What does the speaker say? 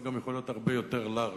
אתה גם יכול להיות הרבה יותר לארג'.